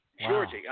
Georgie